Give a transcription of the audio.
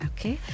Okay